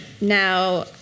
Now